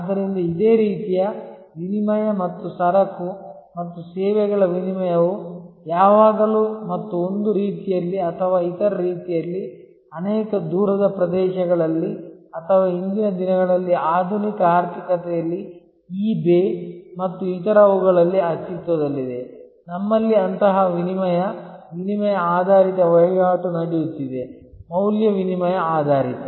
ಆದ್ದರಿಂದ ಇದೇ ರೀತಿಯ ವಿನಿಮಯ ಮತ್ತು ಸರಕು ಮತ್ತು ಸೇವೆಗಳ ವಿನಿಮಯವು ಯಾವಾಗಲೂ ಮತ್ತು ಒಂದು ರೀತಿಯಲ್ಲಿ ಅಥವಾ ಇತರ ರೀತಿಯಲ್ಲಿ ಅನೇಕ ದೂರದ ಪ್ರದೇಶಗಳಲ್ಲಿ ಅಥವಾ ಇಂದಿನ ದಿನಗಳಲ್ಲಿ ಆಧುನಿಕ ಆರ್ಥಿಕತೆಯಲ್ಲಿ ಇ ಬೇ ಮತ್ತು ಇತರವುಗಳಲ್ಲಿ ಅಸ್ತಿತ್ವದಲ್ಲಿದೆ ನಮ್ಮಲ್ಲಿ ಅಂತಹ ವಿನಿಮಯ ವಿನಿಮಯ ಆಧಾರಿತ ವಹಿವಾಟು ನಡೆಯುತ್ತಿದೆ ಮೌಲ್ಯ ವಿನಿಮಯ ಆಧಾರಿತ